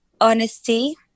honesty